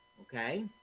okay